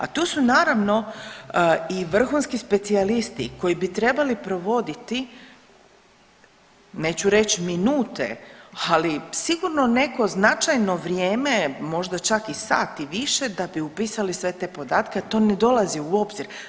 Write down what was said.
A tu su naravno i vrhunski specijalisti koji bi trebali provoditi, neću reć minute, ali sigurno neko značajno vrijeme možda čak i sat i više da bi upisali sve te podatke, a to ne dolazi u obzir.